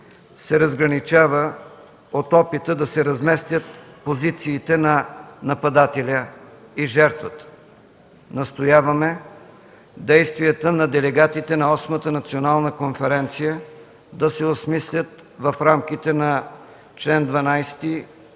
се разграничава от опита да се разместят позициите на нападателя и жертвата. Настояваме действията на делегатите на Осмата национална конференция да се осмислят в рамките на чл. 12,